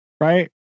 right